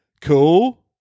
Cool